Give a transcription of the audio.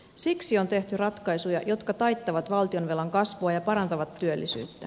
siksi on tehty ratkaisuja jotka taittavat valtionvelan kasvua ja parantavat työllisyyttä